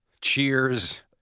Cheers